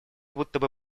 будто